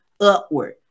upward